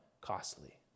costly